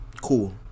cool